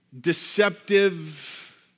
deceptive